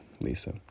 Lisa